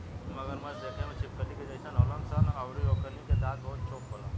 मगरमच्छ देखे में छिपकली के जइसन होलन सन अउरी एकनी के दांत बहुते चोख होला